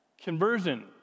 Conversion